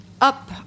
Up